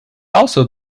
also